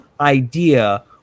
idea